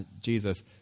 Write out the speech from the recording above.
Jesus